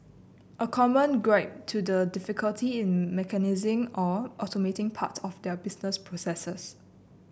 a common gripe to the difficulty in mechanising or automating parts of their business processes